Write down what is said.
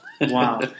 Wow